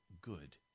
good